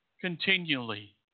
continually